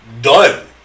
done